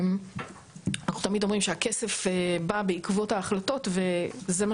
אנחנו תמיד אומרים שהכסף בא בעקבות ההחלטות וזה מה